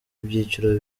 byiciro